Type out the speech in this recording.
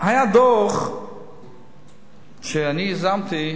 היה דוח שאני יזמתי.